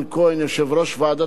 שלא רק קידם את החקיקה,